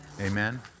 Amen